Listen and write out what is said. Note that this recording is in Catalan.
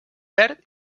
verd